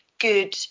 good